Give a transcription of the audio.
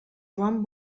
joan